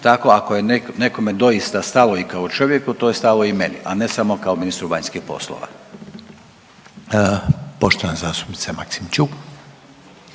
tako ako je nekome doista stalo i kao čovjeku to je stalo i meni, a ne samo kao ministru vanjskih poslova. **Reiner,